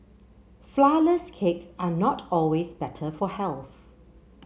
flourless cakes are not always better for health